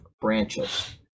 branches